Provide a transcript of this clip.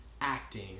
acting